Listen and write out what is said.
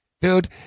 Dude